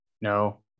No